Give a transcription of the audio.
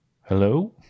Hello